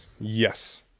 Yes